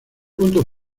punto